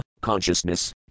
consciousness